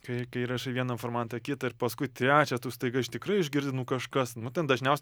kai kai įrašai vieną informatą kitą ir paskui trečią tu staiga iš tikrai išgir nu kažkas nu ten dažniaus